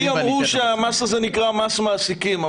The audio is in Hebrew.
לי אמרו שהמס הזה נקרא מס מעסיקים.